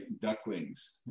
ducklings